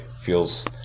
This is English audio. feels